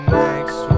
next